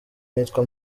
nitwa